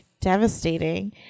devastating